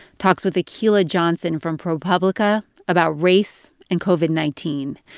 talks with akilah johnson from propublica about race and covid nineteen.